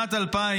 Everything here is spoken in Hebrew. בשנת 2000,